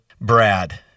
Brad